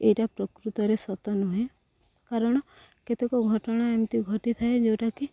ଏଇଟା ପ୍ରକୃତରେ ସତ ନୁହେଁ କାରଣ କେତେକ ଘଟଣା ଏମିତି ଘଟିଥାଏ ଯେଉଁଟାକି